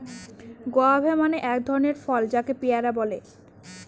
guava মানে এক ধরনের ফল যাকে পেয়ারা বলে